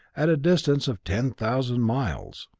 at a distance of ten thousand miles.